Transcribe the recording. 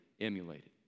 emulated